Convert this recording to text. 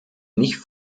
nicht